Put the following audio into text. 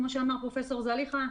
כמו שאמר פרופסור זליכה,